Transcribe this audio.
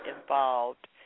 involved